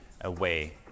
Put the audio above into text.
away